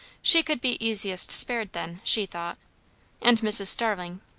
she could be easiest spared then, she thought and mrs. starling,